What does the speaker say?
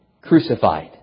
crucified